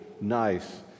nice